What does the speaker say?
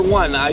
one